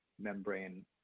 membrane